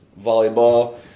volleyball